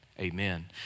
Amen